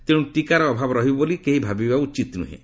ତେଣୁ ଟିକାର ଅଭାବ ରହିବ ବୋଲି କେହି ଭାବିବା ଉଚିତ୍ ନୁହେଁ